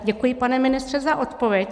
Děkuji, pane ministře, za odpověď.